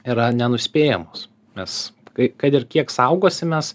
yra nenuspėjamos nes kai kad ir kiek saugosimės